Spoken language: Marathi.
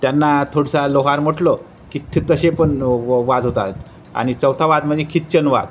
त्यांना थोडंसां लोहार म्हटलं की थे तसे पण व वाद होत आहेत आणि चौथा वाद म्हणजे खिच्चन वाद